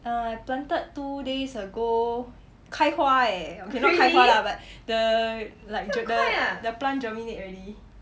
err I planted two days ago 开花 eh okay not 开花 lah but the like the plant germinate already